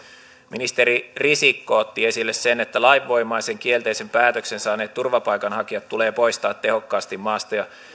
ministeri risikko otti esille sen että lainvoimaisen kielteisen päätöksen saaneet turvapaikanhakijat tulee poistaa tehokkaasti maasta